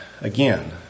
again